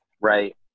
right